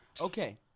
Okay